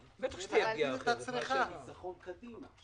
אז המציאות תהיה כזאת שהם יוציאו את הכסף כי